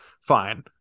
Fine